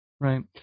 Right